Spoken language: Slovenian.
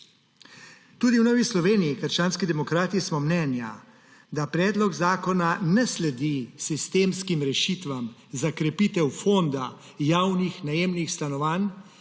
Tudi v Novi Sloveniji – krščanskih demokratih smo mnenja, da predlog zakona ne sledi sistemskim rešitvam za krepitev fonda javnih najemnih stanovanj,